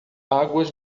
águas